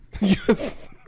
Yes